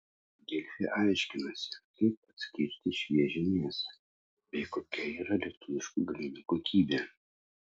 delfi aiškinasi kaip atskirti šviežią mėsą bei kokia yra lietuviškų gaminių kokybė